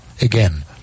again